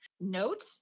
note